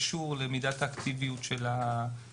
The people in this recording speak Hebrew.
חיזוק מערכים בטיפול בפשיעה חמורה ומאורגנת,